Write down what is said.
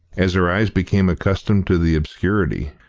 as her eyes became accustomed to the obscurity,